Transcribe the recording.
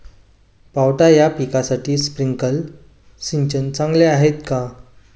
पावटा या पिकासाठी स्प्रिंकलर सिंचन चांगले आहे का?